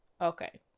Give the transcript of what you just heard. Okay